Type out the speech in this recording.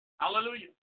Hallelujah